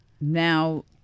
Now